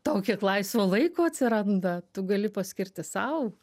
tau kiek laisvo laiko atsiranda tu gali paskirti sau